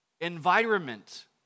environment